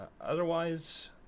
Otherwise